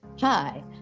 Hi